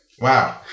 Wow